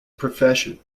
profession